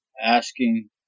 asking